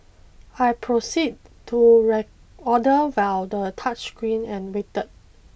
I proceed to reorder order via the touchscreen and waited